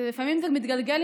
ולפעמים זה מתגלגל,